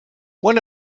one